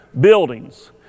buildings